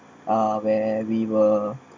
uh where we were